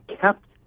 kept